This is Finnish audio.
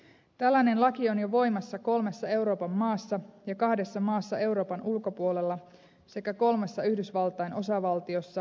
tällainen laki on jo voimassa kolmessa euroopan maassa ja kahdessa maassa euroopan ulkopuolella sekä kolmessa yhdysvaltain osavaltiossa